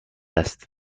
است